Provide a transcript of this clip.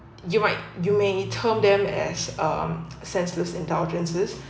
you might you may term them as as senseless indulgences